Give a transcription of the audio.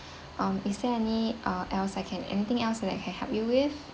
um is there any uh else I can anything else that I can help you with